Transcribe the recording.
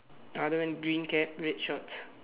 other one green cap red shorts